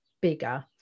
bigger